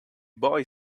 boy